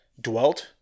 dwelt